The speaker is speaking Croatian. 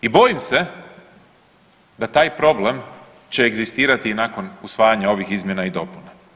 I bojim se da taj problem će egzistirati i nakon usvajanja ovih izmjena i dopuna.